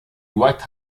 white